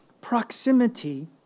Proximity